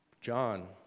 John